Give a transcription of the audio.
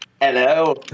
Hello